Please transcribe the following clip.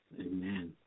Amen